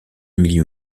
milieu